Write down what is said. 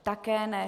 Také ne.